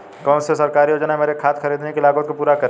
कौन सी सरकारी योजना मेरी खाद खरीदने की लागत को पूरा करेगी?